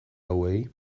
hauei